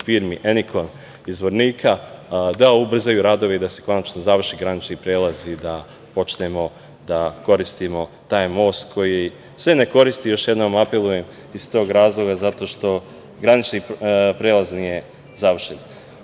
firmi „Enikvam“ iz Zvornika, da ubrzaju radove i da se konačno završi granični prelaz i da počnemo da koristimo taj most koji se ne koristi, još jednom apeluje iz tog razloga zato što granični prelaz nije završen.U